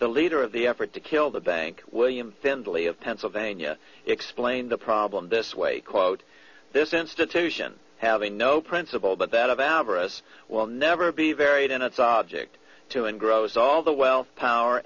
the leader of the effort to kill the bank william findlay of pennsylvania explained the problem this way quote this institution having no principle but that of avarice will never be varied in its object to and grows all the wealth power